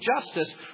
justice